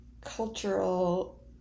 cultural